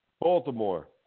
Baltimore